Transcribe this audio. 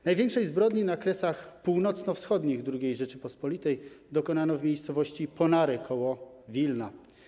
Największej zbrodni na kresach północno-wschodnich II Rzeczypospolitej dokonano w miejscowości Ponary k. Wilna.